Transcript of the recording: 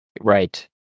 Right